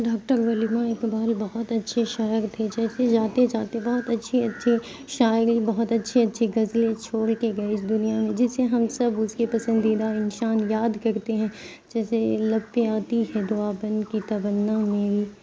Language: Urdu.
ڈاکٹر ولیمہ اقبال بہت اچھے شاعر تھے جیسے جاتے جاتے بہت اچھی اچھی شاعری بہت اچھی اچھی غزلیں چھوڑ کے گئے اس دنیا میں جس سے ہم سب اس کے پسندیدہ انسان یاد کرتے ہیں جیسے لب پہ آتی ہے دعا بن کے تمنا میری